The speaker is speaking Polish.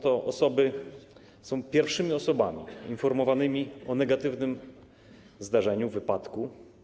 Te osoby są pierwszymi osobami informowanymi o negatywnym zdarzeniu, wypadku.